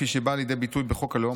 כפי שהיא באה לידי ביטוי בחוק הלאום,